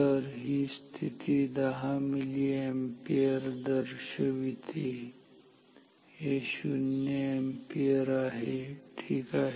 तर ही स्थिती 10 मिलीअॅम्पियर दर्शवते हे 0 अॅम्पियर आहे ठीक आहे